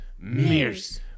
Mears